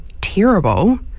terrible